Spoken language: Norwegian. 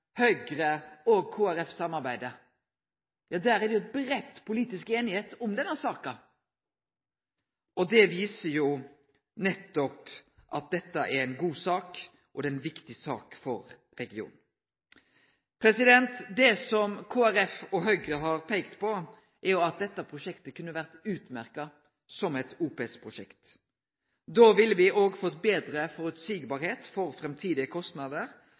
Høgre og Kristeleg Folkeparti samarbeider. Der er det jo ei brei politisk einigheit om denne saka! Det viser nettopp at dette er ei god sak, og det er ei viktig sak for regionen. Det som Kristeleg Folkeparti og Høgre har peikt på, er at dette prosjektet kunne ha vore eit utmerkt OPS-prosjekt. Da ville me òg fått meir føreseielege framtidige kostnader